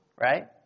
right